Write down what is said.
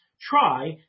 try